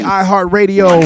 iHeartRadio